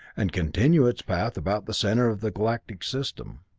and continue its path about the center of the galactic system.